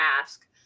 ask